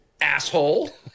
asshole